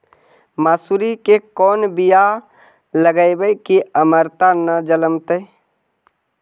मसुरी के कोन बियाह लगइबै की अमरता न जलमतइ?